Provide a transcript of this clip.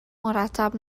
مرتب